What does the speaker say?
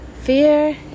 Fear